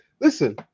listen